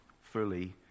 fully